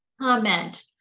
comment